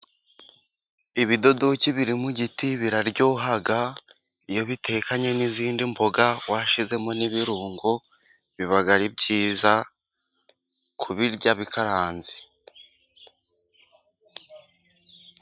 Ibidodoki birimo igiti biraryoha ,iyo bitekanye n'izindi mboga washyizemo n'ibirungo, biba ari byiza kubirya bikaranze.